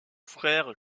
frère